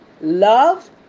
love